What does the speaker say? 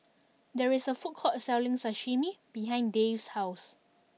there is a food court selling Sashimi behind Dave's house